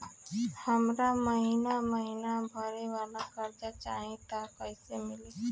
हमरा महिना महीना भरे वाला कर्जा चाही त कईसे मिली?